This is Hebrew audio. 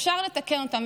אפשר לתקן אותם.